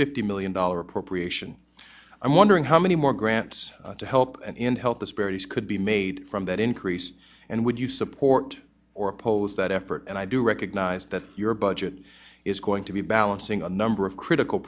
fifty million dollars appropriation i'm wondering how many more grants to help and in health disparities could be made from that increase and would you support or oppose that effort and i do recognize that your budget is going to be balancing a number of critical